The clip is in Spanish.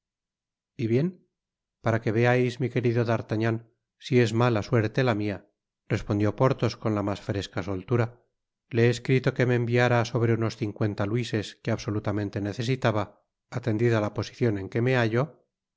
y bien para que veais mi querido d'artagnan si es mala suerte la mia respondió porthos con la mas fresca soltura le he escrito que me enviara sobre unos cincuenta luises que absolutamente necesitaba atendida la posicion en que me hallo